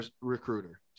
recruiter